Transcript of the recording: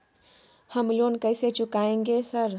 हम लोन कैसे चुकाएंगे सर?